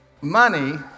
money